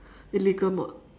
illegal mod